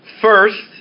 first